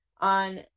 on